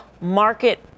market